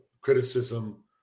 criticism